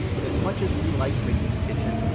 but as much as we like mickey's kitchen,